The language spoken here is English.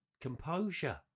composure